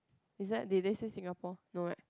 is that did they say Singapore no right